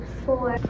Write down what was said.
four